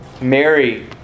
Mary